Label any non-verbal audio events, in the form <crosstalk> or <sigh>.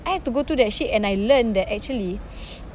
I had to go through that shit and I learnt that actually <noise>